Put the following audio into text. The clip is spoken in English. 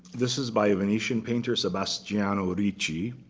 this is by a venetian painter, sebastiano ricci.